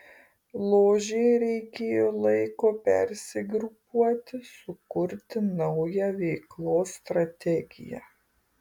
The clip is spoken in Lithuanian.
ložei reikėjo laiko persigrupuoti sukurti naują veiklos strategiją